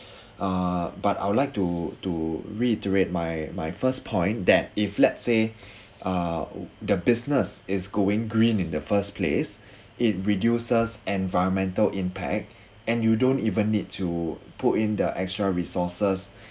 uh but I would like to to reiterate my my first point that if let's say uh the business is going green in the first place it reduces environmental impact and you don't even need to put in the extra resources